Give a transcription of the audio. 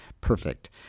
perfect